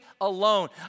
alone